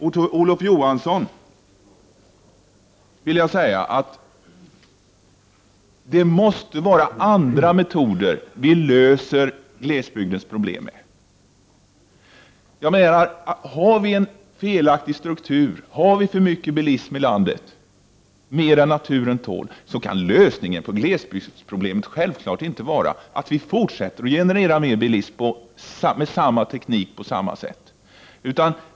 Till Olof Johansson vill jag säga att det måste vara med andra metoder som vi skall lösa glesbygdens problem. Har vi en felaktig struktur, och har vi för mycket bilism i landet, alltså mer än vad naturen tål, så kan lösningen på glesbygdsproblemet självfallet inte vara att vi fortsätter att generera mer bilism med samma teknik på samma sätt.